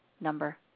number